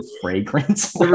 fragrance